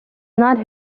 not